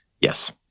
Yes